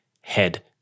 head